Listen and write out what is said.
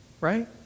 right